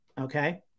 okay